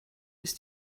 ist